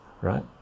right